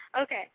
Okay